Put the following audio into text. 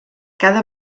cada